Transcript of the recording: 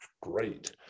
great